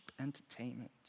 entertainment